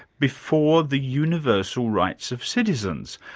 before the universal rights of citizens.